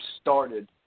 started